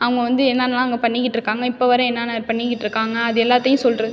அவங்க வந்து என்னென்னல்லாம் அங்கே பண்ணிக்கிட்டிருக்காங்க இப்போ வரை என்னென்ன பண்ணிக்கிட்டிருக்காங்க அது எல்லாத்தையும் சொல்வது